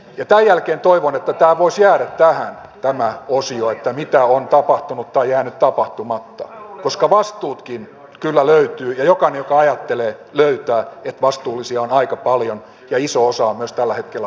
tämän jälkeen toivon että tämä voisi jäädä tähän tämä osio että mitä on tapahtunut tai jäänyt tapahtumatta koska vastuutkin kyllä löytyvät ja jokainen joka ajattelee löytää että vastuullisia on aika paljon ja iso osa on myös tällä hetkellä hallituksessa